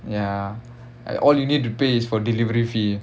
ya all you need to pay is for delivery fee